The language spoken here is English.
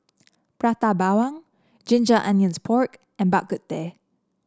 Prata Bawang Ginger Onions Pork and Bak Kut Teh